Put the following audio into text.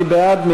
מי בעד?